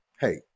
Hey